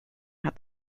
had